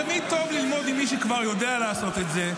תמיד טוב ללמוד ממי שכבר יודע לעשות את זה.